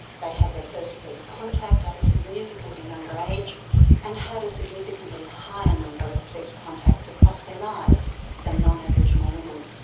they had their first police contact at a significantly younger age and had a significantly higher number of police contacts across their lives than non-aboriginal women.